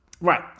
right